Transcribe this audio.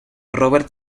robert